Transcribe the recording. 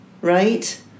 right